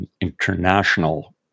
international